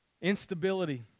Instability